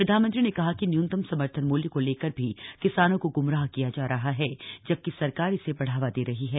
प्रधानमंत्री ने कहा कि न्यूनतम समर्थन मूल्य को लेकर भी किसानों को ग्मराह किया जा रहा है जबकि सरकार इसे बढ़ावा दे रही है